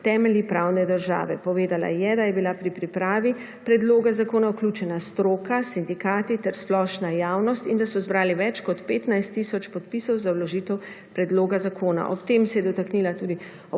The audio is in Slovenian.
temelji pravne države. Povedala je, da je bila pri pripravi predloga zakona vključena stroka, sindikati ter splošna javnost in da so zbrali več kot 15 tisoč podpisov za vložitev predloga zakona. Ob tem se je dotaknila tudi